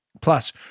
Plus